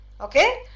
Okay